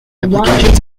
applications